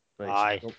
Aye